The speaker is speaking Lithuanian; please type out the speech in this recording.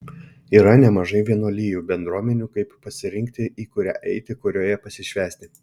yra nemažai vienuolijų bendruomenių kaip pasirinkti į kurią eiti kurioje pasišvęsti